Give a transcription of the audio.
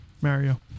Mario